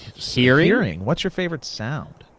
hearing? hearing. what's your favorite sound.